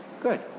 Good